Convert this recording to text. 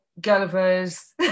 Gulliver's